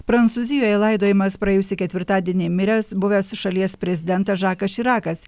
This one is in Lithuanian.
prancūzijoje laidojimas praėjusį ketvirtadienį miręs buvęs šalies prezidentas žakas širakas